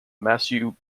matthew